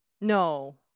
no